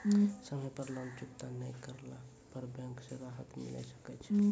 समय पर लोन चुकता नैय करला पर बैंक से राहत मिले सकय छै?